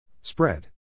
Spread